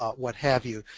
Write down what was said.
what have you.